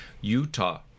Utah